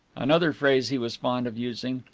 another phrase he was fond of using,